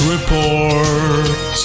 Report